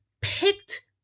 picked